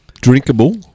drinkable